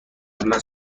قبلا